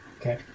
Okay